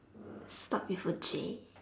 start with a J